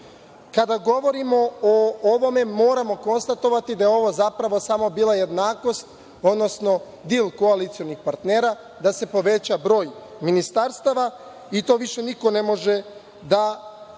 govorimo o ovome, moramo konstatovati da je ovo, zapravo, samo bila jednakost, odnosno dil koalicionih partnera da se poveća broj ministarstava i to više niko ne može da